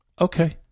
okay